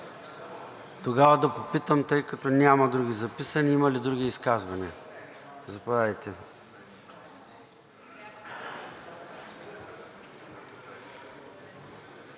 Тогава да попитам, тъй като няма други записани, има ли други изказвания? Господин